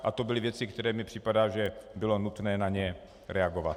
A to byly věci, které mi připadají, že bylo nutné na ně reagovat.